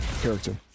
character